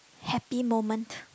happy moment